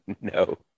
No